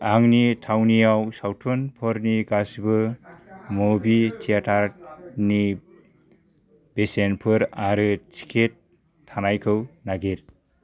आंनि थावनियाव सावथुनफोरनि गासिबो मुभि थियेटारनि बेसेनफोर आरो टिकेट थानायखौ नागिर